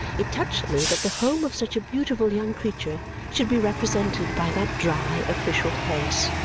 it touched me that the home of such a beautiful young creature should be represented by that dry, official place.